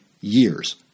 years